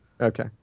Okay